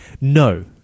No